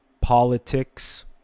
politics